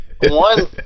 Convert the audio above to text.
one